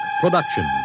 production